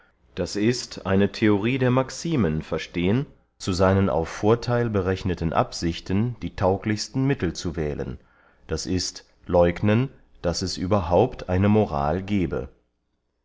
d i eine theorie der maximen verstehen zu seinen auf vortheil berechneten absichten die tauglichsten mittel zu wählen d i läugnen daß es überhaupt eine moral gebe